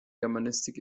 germanistik